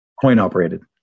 coin-operated